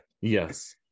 Yes